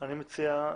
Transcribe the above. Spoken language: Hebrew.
אני מציע,